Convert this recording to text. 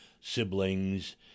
siblings